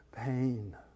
pain